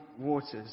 waters